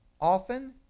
Often